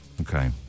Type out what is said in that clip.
Okay